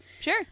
Sure